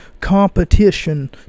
competition